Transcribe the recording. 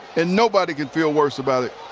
and nobody could feel worse about it.